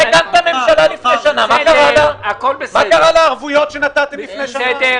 מה קרה לערבויות שנתתם לפני שנה?